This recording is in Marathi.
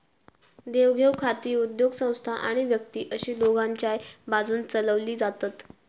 देवघेव खाती उद्योगसंस्था आणि व्यक्ती अशी दोघांच्याय बाजून चलवली जातत